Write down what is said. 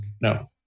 No